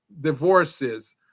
divorces